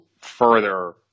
further